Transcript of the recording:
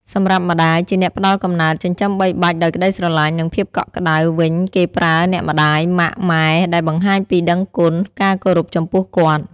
សម្រាប់ម្ដាយ ជាអ្នកផ្ដល់កំណើត ចិញ្ចឹមបីបាច់ដោយក្ដីស្រឡាញ់ និងភាពកក់ក្ដៅវិញគេប្រើ អ្នកម្ដាយ ម៉ាក់ ម៉ែ ដែលបង្ហាញពីដឹងគុណ ការគោរពចំពោះគាត់។